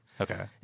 Okay